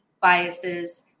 biases